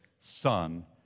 Son